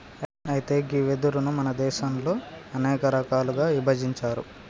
అయితే గీ వెదురును మన దేసంలో అనేక రకాలుగా ఇభజించారు